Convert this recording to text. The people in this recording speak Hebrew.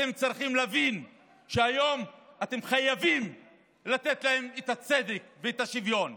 אתם צריכים להבין שהיום אתם חייבים לתת להם את הצדק ואת השוויון.